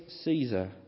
Caesar